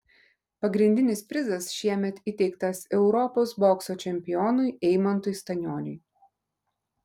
pagrindinis prizas šiemet įteiktas europos bokso čempionui eimantui stanioniui